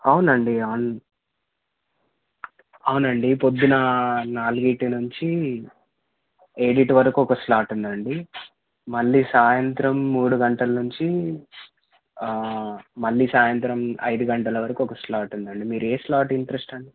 అవునండి అవును అవునండి పొద్దున నాలుగీటి నుంచి ఏడింటి వరకు ఒక స్లాట్ ఉందండి మళ్ళీ సాయంత్రం మూడు గంటల నుంచి మళ్ళీ సాయంత్రం ఐదు గంటల వరకు ఒక స్లాట్ ఉందండి మీరే స్లాట్ ఇంట్రెస్ట్ అండి